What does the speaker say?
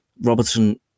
Robertson